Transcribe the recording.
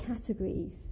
categories